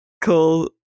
cool